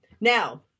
Now